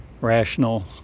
rational